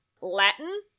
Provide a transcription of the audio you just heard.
Latin